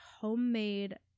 homemade